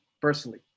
personally